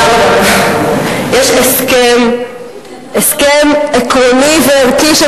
יש הסכם עקרוני וערכי,